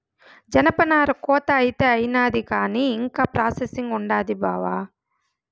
జనపనార కోత అయితే అయినాది కానీ ఇంకా ప్రాసెసింగ్ ఉండాది బావా